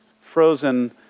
frozen